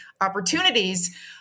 opportunities